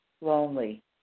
Lonely